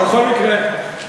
בכל מקרה,